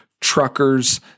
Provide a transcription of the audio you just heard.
trucker's